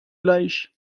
gleich